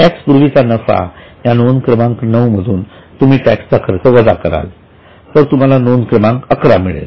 tax पूर्वीचा नफा या नोंद क्रमांक 9 मधून तुम्ही टॅक्स चा खर्च वजा कराल तर तुम्हाला नोंद क्रमांक अकरा मिळेल